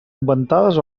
inventades